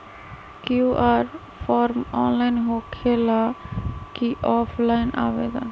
QR form online होकेला कि offline आवेदन?